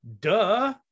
Duh